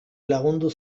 lagundu